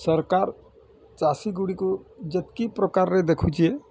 ସରକାର୍ ଚାଷି ଗୁଡ଼ିକୁ ଯେତକି ପ୍ରକାରରେ ଦେଖୁଛି